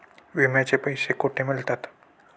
विम्याचे पैसे कुठे मिळतात?